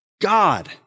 God